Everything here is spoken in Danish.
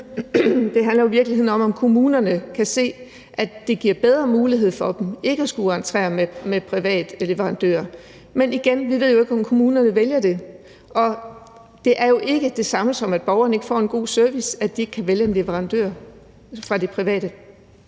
er jo i virkeligheden, om kommunerne kan se, at det giver bedre mulighed for dem ikke at skulle entrere med en privat leverandør. Men igen: Vi ved jo ikke, om kommunerne vælger det, og det er jo ikke det samme, som at borgerne ikke får en god service, at de ikke kan vælge en leverandør fra de private.